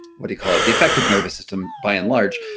what do you call it, the effect of nervous system by and large,